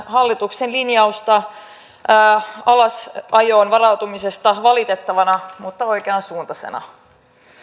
hallituksen linjausta alasajoon varautumisesta valitettavana mutta oikean suuntaisena